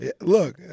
Look